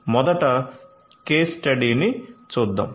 మొదట కేస్ స్టడీని చూద్దాం